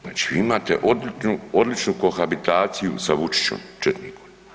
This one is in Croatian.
Znači vi imate odličnu kohabitaciju sa Vučićem četnikom.